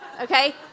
okay